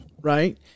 right